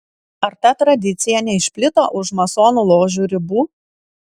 ar ta tradicija neišplito už masonų ložių ribų